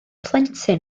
plentyn